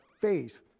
faith